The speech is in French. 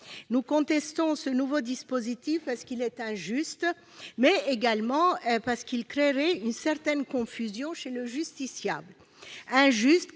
Nous contestons ce nouveau dispositif, non seulement injuste, mais également de nature à créer une certaine confusion chez le justiciable. Injuste,